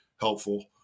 helpful